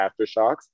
AfterShocks